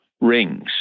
rings